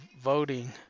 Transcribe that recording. voting